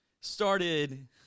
started